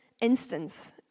instance